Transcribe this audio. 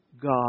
God